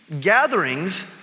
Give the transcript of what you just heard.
Gatherings